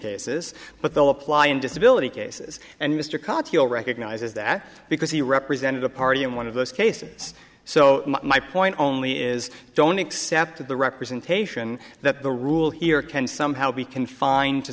cases but they'll apply in disability cases and mr colville recognizes that because he represented a party in one of those cases so my point only is don't accept the representation that the rule here can somehow be confined to